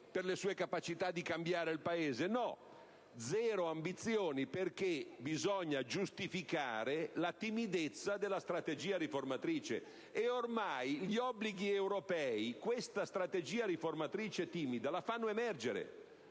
per le sue capacità di cambiare il Paese? No, zero ambizioni, perché bisogna giustificare la timidezza della strategia riformatrice. E ormai gli obblighi europei questa strategia riformatrice timida la fanno emergere.